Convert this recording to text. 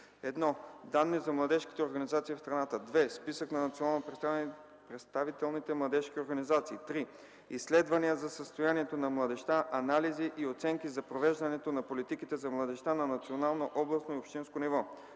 1. данни за младежките организации в страната; 2. списък на национално представителните младежки организации; 3. изследвания за състоянието на младежта, анализи и оценки за провеждането на политиките за младежта на национално, областно и общинско ниво;